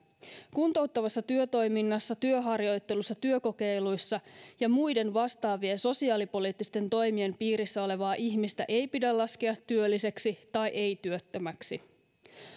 kuntouttavassa työtoiminnassa työharjoittelussa työkokeiluissa ja muiden vastaavien sosiaalipoliittisten toimien piirissä olevaa ihmistä ei pidä laskea työlliseksi tai ei työttömäksi